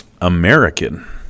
American